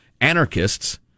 anarchists